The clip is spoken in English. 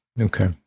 Okay